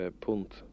Punt